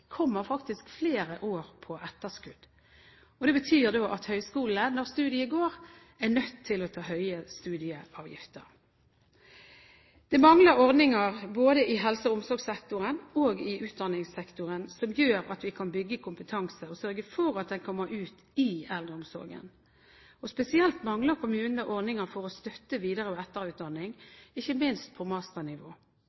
kommer flere år på etterskudd. Det betyr at høgskolene, når studiet går, er nødt til å ta høye studieavgifter. Det mangler ordninger både i helse- og omsorgssektoren og i utdanningssektoren som gjør at vi kan bygge kompetanse og sørge for at den kommer ut i eldreomsorgen. Spesielt mangler kommunene ordninger for å støtte videre- og etterutdanning,